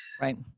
Right